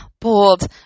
Bold